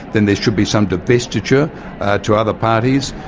then there should be some divestiture to other parties.